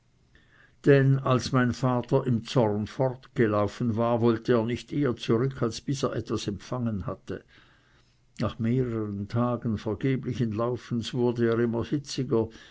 denn als mein vater im zorn fortgelaufen war wollte er nicht eher zurück als bis er etwas empfangen hatte nach mehreren tagen vergeblichen laufens wurde er immer